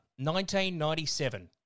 1997